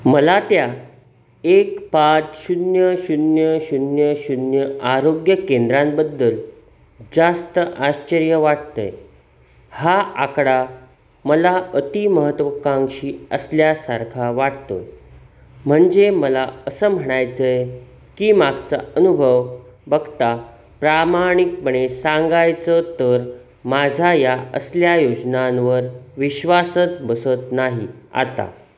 मला त्या एक पाच शून्य शून्य शून्य शून्य आरोग्य केंद्रांबद्दल जास्त आश्चर्य वाटत आहे हा आकडा मला अतिमहत्वाकांक्षी असल्यासारखा वाटतो आहे म्हणजे मला असं म्हणायचं आहे की मागचा अनुभव बघता प्रामाणिकपणे सांगायचं तर माझा या असल्या योजनांवर विश्वासच बसत नाही आता